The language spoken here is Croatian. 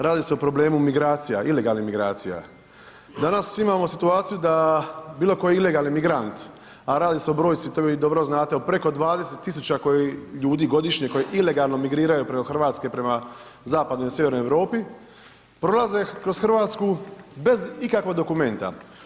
Radi se o problemu migracija, ilegalnih migracija, danas imamo situaciju da bilo koji ilegalni migrant, a radi se o brojci, to vi dobro znate, o preko 20 000 ljudi godišnje koji ilegalno migriraju prema RH, prema zapadnoj i srednjoj Europi, prolaze kroz RH bez ikakvog dokumenta.